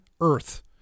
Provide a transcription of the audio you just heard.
Earth